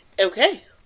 Okay